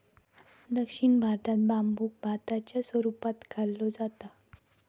दक्षिण भारतात बांबुक भाताच्या स्वरूपात खाल्लो जाता